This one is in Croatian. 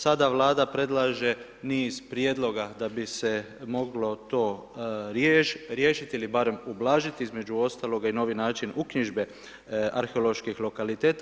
Sada Vlada predlaže niz prijedloga, da bi se moglo to riješiti ili barem ublažiti između ostalog i novi način uknjižbe arheoloških lokaliteta.